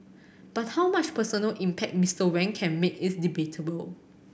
but how much personal impact Mister Wang can make is debatable